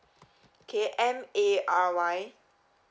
okay M A R Y